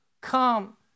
come